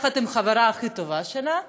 יחד עם החברה הכי טובה שלה,